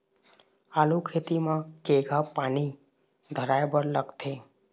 आलू खेती म केघा पानी धराए बर लागथे?